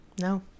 No